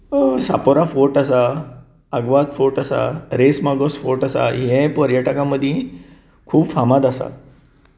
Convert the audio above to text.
Chapora fort आसा Aguada fort आसा Reis Magos fort आसा हेंवूय पर्यटकां मदीं खुब फामाद आसा